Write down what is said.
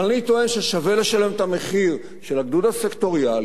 אבל אני טוען ששווה לשלם את המחיר של הגדוד הסקטוריאלי,